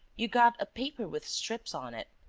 you got a paper with strips on it.